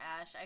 Ash